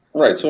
right. so